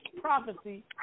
Prophecy